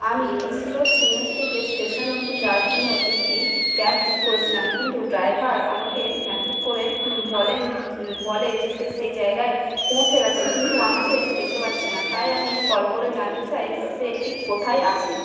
আমি BC road CMS থেকে station অবধি যাওয়ার জন্য একটি ক্যাব বুক করেছিলাম কিন্তু ড্রাইভার আমাকে মেসেজ করে বলেন বলে যে সে সেই জায়গায় পৌঁছে গেছে কিন্তু আমাকে সে দেখতে পাচ্ছে না তাই আমি কল করে জানতে চাই সে ঠিক কোথায় আছে